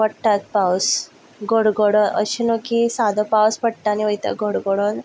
पडटात पावस गडगडो अशें ना की सादो पावस पडटा आनी वयता गडगडोन